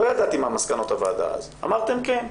לא ידעתי מה מסקנות הוועדה אז, ואתם אמרתם 'כן'.